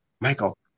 Michael